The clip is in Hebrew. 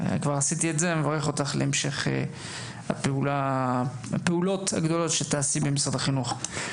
להמשך הפעולות הגדולות שתפעלי במשרד החינוך.